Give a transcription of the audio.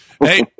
hey